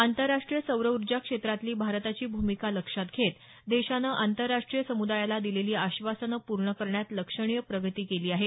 आंतरराष्ट्रीय सौरऊर्जा क्षेत्रातली भारताची भूमिका लक्षात घेत देशानं आंतरराष्ट्रीय समुदायाला दिलेली आश्वासनं पूर्ण करण्यात लक्षणीय प्रगती केली आहे